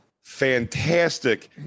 fantastic